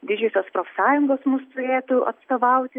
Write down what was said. didžiosios profsąjungos mus turėtų atstovauti